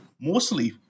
mostly